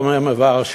הוא אומר: מוורשה,